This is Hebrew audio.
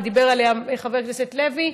ודיבר עליה חבר הכנסת לוי,